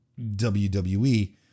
wwe